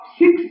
six